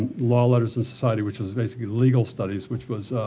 law letters in society, which was basically legal studies. which was